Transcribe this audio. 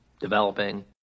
developing